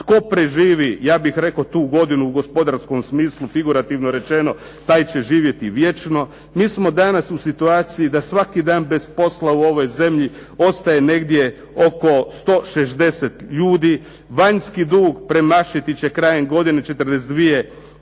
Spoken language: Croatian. Tko preživi, ja bih rekao, tu godinu u gospodarskom smislu, figurativno rečeno, taj će živjeti vječno. Mi smo danas u situaciji da svaki dan bez posla u ovoj zemlji ostaje negdje oko 160 ljudi. Vanjski dug premašiti će krajem godine 42,5